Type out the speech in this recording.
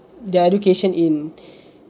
their education in